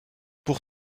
pour